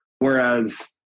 Whereas